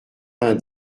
vingt